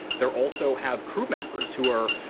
there also have crew members who are,